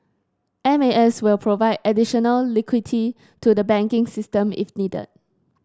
M A S will provide additional liquidity to the banking system if needed